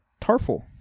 Tarful